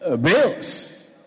bills